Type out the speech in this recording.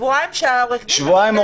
שבועיים שהעורך דין --- יוסי: שבועיים,